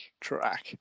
track